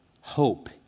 hope